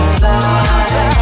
fly